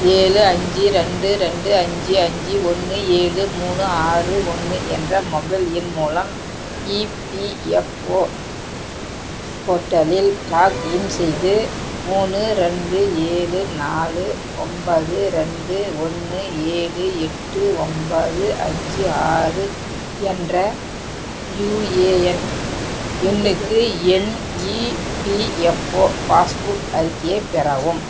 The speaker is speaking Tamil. ஏழு அஞ்சு ரெண்டு ரெண்டு அஞ்சு அஞ்சு ஒன்று ஏழு மூணு ஆறு ஒன்று என்ற மொபைல் எண் மூலம் இபிஎஃப்ஓ போர்ட்டலில் லாக்இன் செய்து மூணு ரெண்டு ஏழு நாலு ஒன்பது ரெண்டு ஒன்று ஏழு எட்டு ஒம்பது அஞ்சு ஆறு என்ற யுஏஎன் எண்ணுக்கு என் இபிஎஃப்ஓ பாஸ்புக் அறிக்கையை பெறவும்